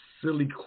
silly